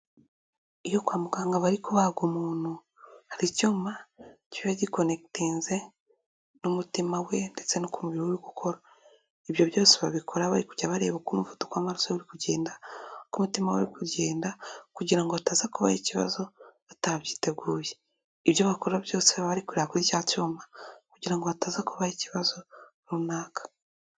Iyo kwa muganga bari kubaga umuntu, hari icyuma kiba gikonegitinze n'umutima we ndetse n'ukuntu umubiri uri gukora, ibyo byose babikora bari kujya bareba uko umuvudu w'amaraso uri kugenda, uko umutima we uri kugenda, kugira ngo hataza kubaho ikibazo batabyiteguye. Ibyo bakora byose bari kureba kuri cya cyuma, kugira ngo hataza kubaho ikibazo runaka.